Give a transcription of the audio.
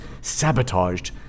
sabotaged